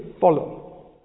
follow